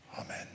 Amen